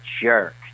jerk